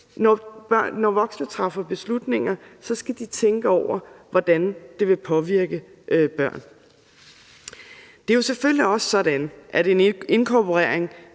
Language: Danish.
osv. osv., så skal de tænke over, hvordan det vil påvirke børn. Det er jo selvfølgelig også sådan, at en inkorporering